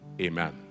Amen